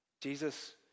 Jesus